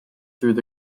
through